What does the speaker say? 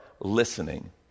listening